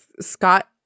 Scott